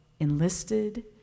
enlisted